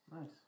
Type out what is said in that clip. Nice